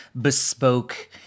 bespoke